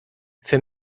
für